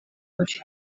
bafite